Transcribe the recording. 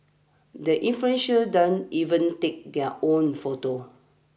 the influential don't even take their own photos